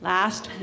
Last